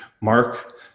Mark